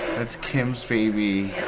that's kim's baby.